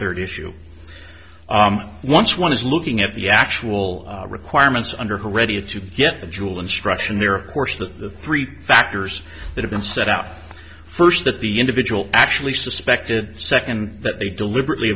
third issue once one is looking at the actual requirements under heredia to get the jewel instruction there of course the three factors that have been set out first that the individual actually suspected second that they deliberately